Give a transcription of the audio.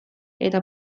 eta